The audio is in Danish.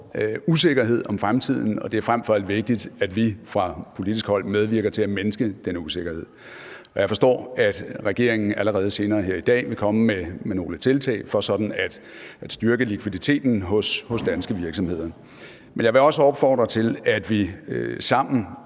usikkerhed om fremtiden, og det er frem for alt vigtigt, at vi fra politisk hold medvirker til at mindske den usikkerhed. Jeg forstår, at regeringen allerede senere her i dag vil komme med nogle tiltag for sådan at styrke likviditeten hos danske virksomheder. Men jeg vil også opfordre til, at vi sammen